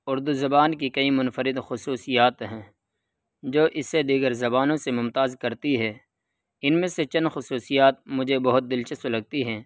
اردو زبان کی کئی منفرد خصوصیات ہیں جو اسے دیگر زبانوں سے ممتاز کرتی ہے ان میں سے چند خصوصیات مجھے بہت دلچسپ لگتی ہیں